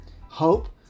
hope